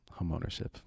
homeownership